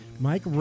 Mike